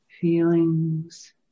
feelings